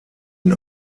ihn